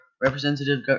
representative